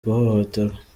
guhohoterwa